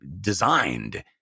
designed